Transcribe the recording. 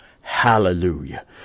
hallelujah